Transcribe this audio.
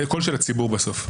קול של הציבור בסוף.